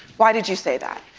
why did you say that?